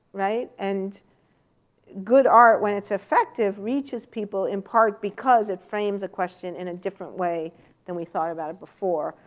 and good art, when it's effective, reaches people in part because it frames a question in a different way than we thought about it before.